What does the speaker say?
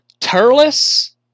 Turles